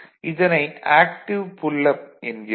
இதனை active pull up என்கிறோம்